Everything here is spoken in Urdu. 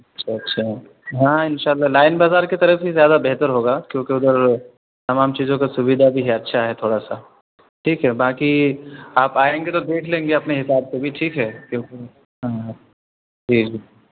اچھا اچھا ہاں ان شاء اللہ لائن بازار کے طرف ہی زیادہ بہتر ہوگا کیوںکہ ادھر تمام چیزوں کا سویدھا بھی ہے اچھا ہے تھوڑا سا ٹھیک ہے باقی آپ آئیں گے تو دیکھ لیں گے اپنے حساب سے بھی ٹھیک ہے کیونکہ ہاں جی جی ہوں